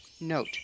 Note